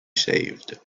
saved